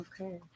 Okay